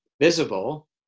visible